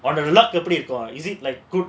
on the luck எப்டிருக்கும்:epdirukum